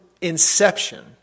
inception